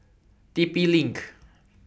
T P LINK